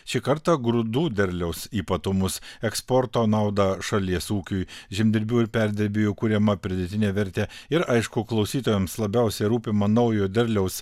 šį kartą grūdų derliaus ypatumus eksporto naudą šalies ūkiui žemdirbių ir perdirbėjų kuriama pridėtinė vertė ir aišku klausytojams labiausiai rūpimą naujo derliaus